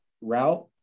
route